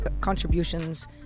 contributions